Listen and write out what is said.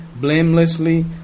blamelessly